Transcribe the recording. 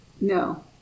no